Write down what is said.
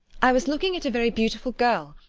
i was looking at a very beautiful girl,